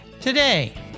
today